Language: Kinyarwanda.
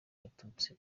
abatutsi